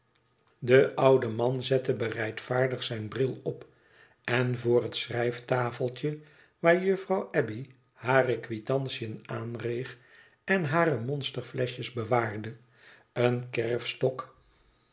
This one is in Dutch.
de oude man zette bereid vaardig zijn bril op en voor het schrijftafeltje waar juffrouw abbey hare quitantiën aanreeg en hare monsterfleschjes bewaarde een kerfstok